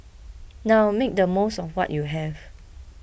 now make the most of what you have